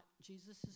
Jesus